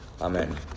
Amen